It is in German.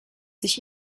sich